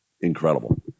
incredible